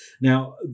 Now